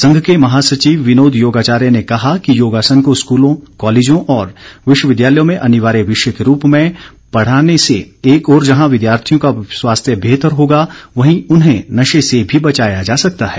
संघ के महासचिव विनोद योगाचार्य ने कहा कि योगासन को स्कूलों कॉलेजों और विश्वविद्यालयों में अनिवार्य विषय के रूप में पढ़ाने से एक ओर जहां विद्यार्थियों का स्वास्थ्य बेहतर होगा वहीं उन्हें नशे से भी बचाया जा सकता है